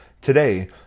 Today